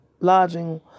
lodging